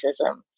racism